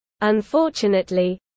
Unfortunately